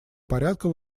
порядка